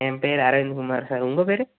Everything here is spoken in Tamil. என் பேர் அரவிந்த்குமார் சார் உங்கள் பேர்